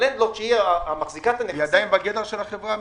היא עדיין בגדר החברה הממשלתית,